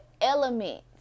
elements